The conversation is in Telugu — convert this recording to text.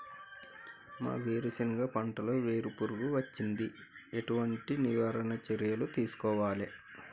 మా వేరుశెనగ పంటలలో వేరు పురుగు వచ్చింది? ఎటువంటి నివారణ చర్యలు తీసుకోవాలే?